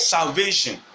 Salvation